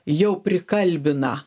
jau prikalbina